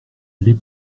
les